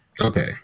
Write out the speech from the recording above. Okay